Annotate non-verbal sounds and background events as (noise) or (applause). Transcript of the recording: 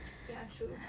(noise) ya true